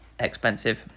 expensive